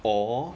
or